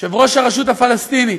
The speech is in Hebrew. יושב-ראש הרשות הפלסטינית.